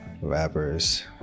rappers